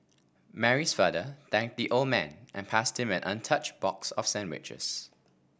Mary's father thanked the old man and passed him an untouched box of sandwiches